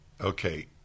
Okay